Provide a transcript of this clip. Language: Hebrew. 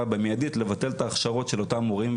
במיידית לבטל את ההכשרות של אותם מורים,